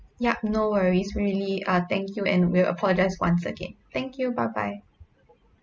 yup no worries really uh thank you and we apologise once again thank you bye bye